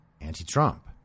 anti-Trump